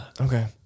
okay